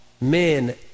men